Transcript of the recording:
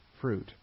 fruit